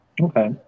Okay